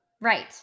Right